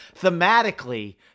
thematically